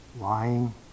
Lying